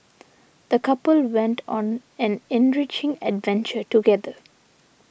the couple went on an enriching adventure together